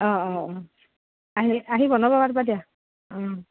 অঁ অঁ অঁ আহি আহি বনাব পাৰবা দিয়া অঁ